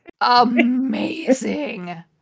Amazing